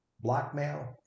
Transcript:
blackmail